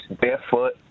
barefoot